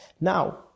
Now